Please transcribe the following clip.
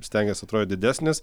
stengies atrodyt didesnis